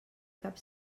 cap